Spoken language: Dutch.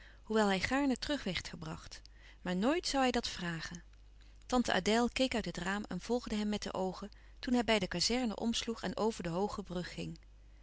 hoewel hij gaarne terug werd gebracht maar nooit zoû hij dat vragen tante adèle keek uit het raam en volgde hem met de oogen toen hij bij de kazerne omsloeg en over de hooge brug ging